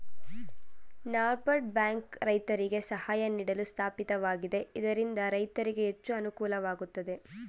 NABARD bank ರೈತರಿಗೆ ಸಹಾಯ ನೀಡಲು ಸ್ಥಾಪಿತವಾಗಿದೆ ಇದರಿಂದ ರೈತರಿಗೆ ಹೆಚ್ಚು ಅನುಕೂಲವಾಗುತ್ತದೆ